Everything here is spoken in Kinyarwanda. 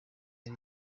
ari